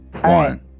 One